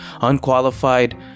unqualified